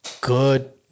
good